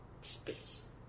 space